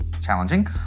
challenging